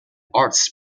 arts